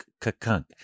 kakunk